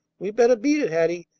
we better beat it, hattie.